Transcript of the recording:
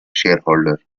shareholder